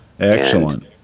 Excellent